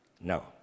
No